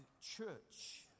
church